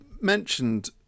mentioned